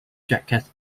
jackets